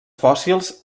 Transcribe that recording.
fòssils